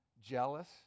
jealous